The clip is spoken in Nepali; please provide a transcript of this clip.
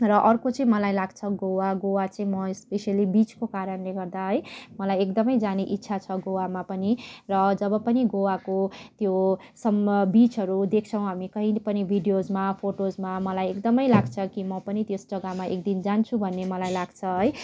र अर्को चाहिँ मलाई लाग्छ गोआ गोआ चाहिँ म स्पिसेली बिचको कारणले गर्दा है मलाई एकदमै जाने इच्छा छ गोआमा पनि र जब पनि गोआको त्यो सम्म बिचहरू देख्छौँ हामी कहिले पनि भिडियोजमा फोटोसमा मलाई एकदमै लाग्छ कि म पनि त्यस जगामा एकदिन जान्छु भन्ने मलाई लाग्छ है